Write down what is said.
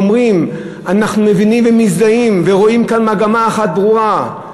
אומרים: אנחנו מבינים ומזדהים ורואים כאן מגמה אחת ברורה.